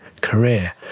career